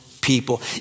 people